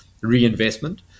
reinvestment